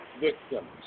victims